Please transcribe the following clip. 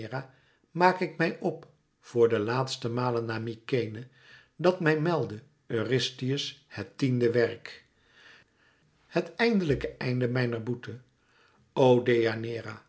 maak ik mij op voor de laatste male naar mykenæ dat mij melde eurystheus het tiende werk het eindelijke einde mijner boete